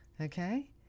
Okay